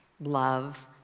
love